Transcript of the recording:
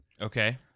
Okay